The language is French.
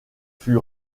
fut